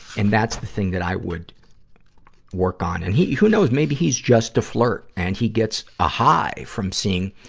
and that's the thing that i would work on. and he, who know? maybe he's just a flirt, and he gets a high from seeing,